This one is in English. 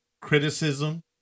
criticism